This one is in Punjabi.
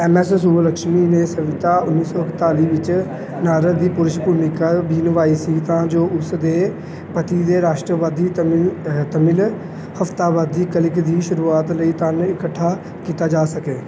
ਐੱਮ ਐੱਸ ਸੁਬੂਲਕਸ਼ਮੀ ਨੇ ਸਵਿਤਾ ਉੱਨੀ ਸੌ ਇਕਤਾਲੀ ਵਿੱਚ ਨਾਰਦ ਦੀ ਪੁਰਸ਼ ਭੂਮਿਕਾ ਵੀ ਨਿਭਾਈ ਸੀ ਤਾਂ ਜੋ ਉਸ ਦੇ ਪਤੀ ਦੇ ਰਾਸ਼ਟਰਵਾਦੀ ਤਮਿਲ ਅ ਤਮਿਲ ਹਫ਼ਤਾਵਾਰੀ ਕਲਕੀ ਦੀ ਸ਼ੁਰੂਆਤ ਲਈ ਧਨ ਇਕੱਠਾ ਕੀਤਾ ਜਾ ਸਕੇ